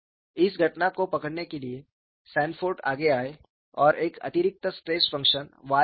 इस घटना को पकड़ने के लिए सैनफोर्ड आगे आए और एक अतिरिक्त स्ट्रेस फंक्शन Y पेश किया